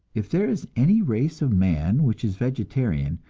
if there is any race of man which is vegetarian,